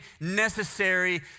necessary